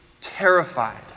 terrified